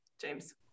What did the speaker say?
james